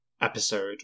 episode